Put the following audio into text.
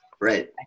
right